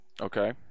Okay